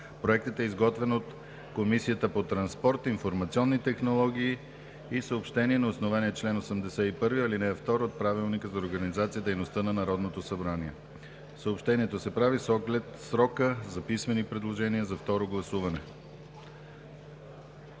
Проектът е изготвен от Комисията по транспорт, информационни технологии и съобщения на основание чл. 81, ал. 2 от Правилника за организацията и дейността на Народното събрание. Съобщението се прави с оглед срока за писмени предложения за второ гласуване.